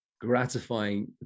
gratifying